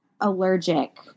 allergic